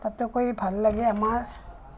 তাতকৈ ভাল লাগে আমাৰ